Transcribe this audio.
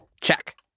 Check